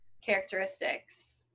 characteristics